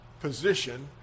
position